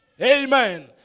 Amen